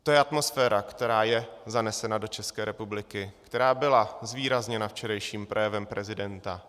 To je atmosféra, která je zanesena do České republiky, která byla zvýrazněna včerejším projevem prezidenta.